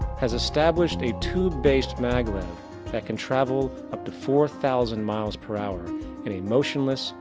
has established a tube-based mag-lev that can travel up to four thousand miles per hour in a motionless,